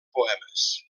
poemes